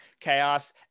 chaos